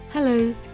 Hello